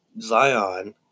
Zion